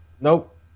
Nope